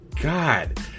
God